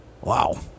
Wow